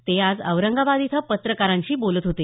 ते आज औरंगाबाद इथं पत्रकारांशी बोलत होते